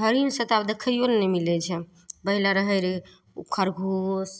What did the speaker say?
हरिन सभ तऽ आब देखैओ लेल नहि मिलै छै पहले रहैत रहै ओ खरगोश